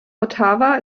ottawa